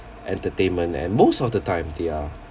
entertainment and most of the time they're